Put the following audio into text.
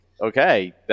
okay